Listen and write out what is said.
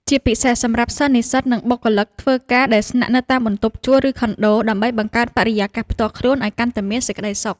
ជាពិសេសសម្រាប់សិស្សនិស្សិត និងបុគ្គលិកធ្វើការដែលស្នាក់នៅតាមបន្ទប់ជួល ឬខុនដូ ដើម្បីបង្កើតបរិយាកាសផ្ទាល់ខ្លួនឱ្យកាន់តែមានសេចក្ដីសុខ។